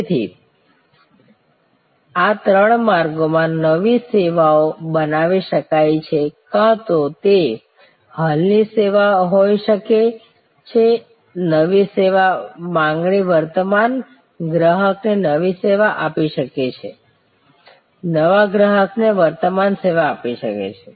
તેથી આ ત્રણ માર્ગોમાં નવી સેવાઓ બનાવી શકાય છે કાં તો તે હાલની સેવા હોઈ શકે છે નવી સેવા માંગણી વર્તમાન ગ્રાહકને નવી સેવા આપી શકે છે નવા ગ્રાહકને વર્તમાન સેવા આપી શકે છે